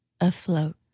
afloat